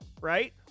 right